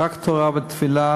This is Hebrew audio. רק תורה ותפילה,